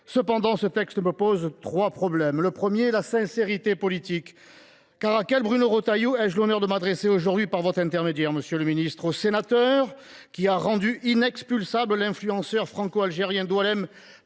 Cependant, ce texte me pose trois problèmes. Le premier, c’est la sincérité politique de la démarche. À quel Bruno Retailleau ai je l’honneur de m’adresser aujourd’hui par votre intermédiaire, monsieur le ministre ? Au sénateur qui a rendu inexpulsable l’influenceur franco algérien Doualemn